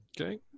Okay